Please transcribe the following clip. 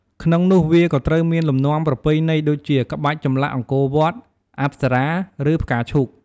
ក្នុងនោះ វាក៏ត្រូវមានលំនាំប្រពៃណីដូចជា ក្បាច់ចម្លាក់អង្គរវត្ត អប្សរា ឬ ផ្កាឈូក។